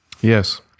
yes